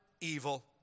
Evil